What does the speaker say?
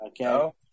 Okay